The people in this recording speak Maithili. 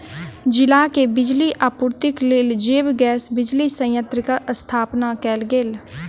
जिला के बिजली आपूर्तिक लेल जैव गैस बिजली संयंत्र के स्थापना कयल गेल